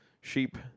sheep